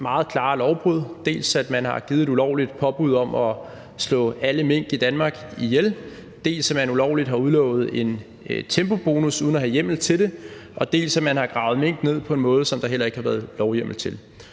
meget klare lovbrud: dels at man har givet et ulovligt påbud om at slå alle mink i Danmark ihjel, dels at man ulovligt har udlovet en tempobonus uden at have hjemmel til det, dels at man har gravet mink ned på en måde, som der heller ikke har været lovhjemmel til.